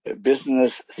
business